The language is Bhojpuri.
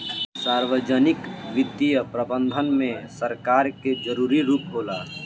सार्वजनिक वित्तीय प्रबंधन में सरकार के जरूरी रूप होला